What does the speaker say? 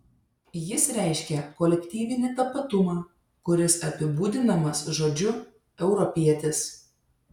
jis reiškia kolektyvinį tapatumą kuris apibūdinamas žodžiu europietis